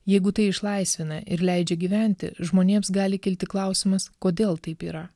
jeigu tai išlaisvina ir leidžia gyventi žmonėms gali kilti klausimas kodėl taip yra